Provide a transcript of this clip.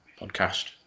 podcast